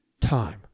Time